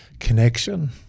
connection